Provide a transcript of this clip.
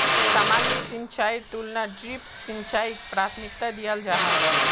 सामान्य सिंचाईर तुलनात ड्रिप सिंचाईक प्राथमिकता दियाल जाहा